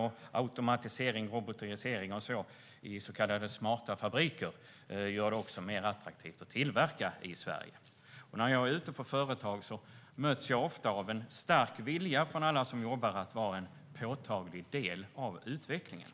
Men automatisering och robotisering i så kallade smarta fabriker gör det också mer attraktivt att tillverka i Sverige, och när jag är ute på företag möts jag ofta av en stark vilja från alla som jobbar att vara en påtaglig del av utvecklingen.